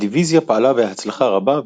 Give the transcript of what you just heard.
הדיוויזיה פעלה בהצלחה רבה,